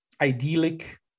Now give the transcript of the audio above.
idyllic